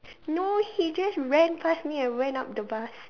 no he just ran pass me and went up the bus